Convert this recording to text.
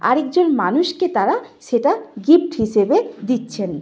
আরেকজন মানুষকে তারা সেটা গিফট হিসেবে দিচ্ছেন